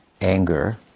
anger